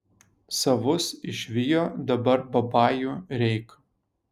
savus išvijo dabar babajų reik